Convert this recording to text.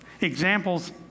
examples